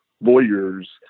lawyers